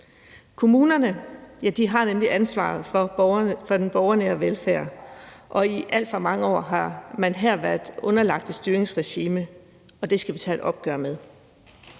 Kommunerne har nemlig ansvaret for den borgernære velfærd. I alt for mange år har man her været underlagt et styringsregime, og det skal vi tage et opgør med.